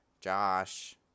josh